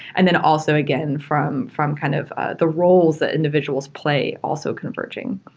and then also, again, from from kind of the roles that individuals play also converging.